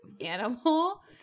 animal